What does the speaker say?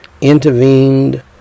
intervened